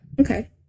okay